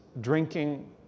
drinking